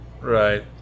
Right